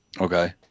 Okay